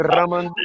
Raman